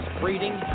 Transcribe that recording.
breeding